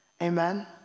Amen